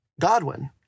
Godwin